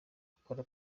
gukora